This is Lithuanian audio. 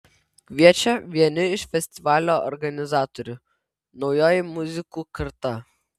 kviečia vieni iš festivalio organizatorių naujoji muzikų karta